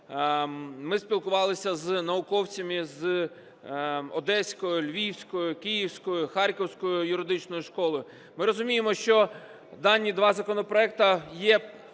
Ми спілкувалися з науковцями з одеської, львівської, київської, харківської юридичної школи. Ми розуміємо, що дані два законопроекти є